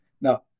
Now